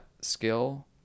skill